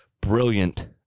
brilliant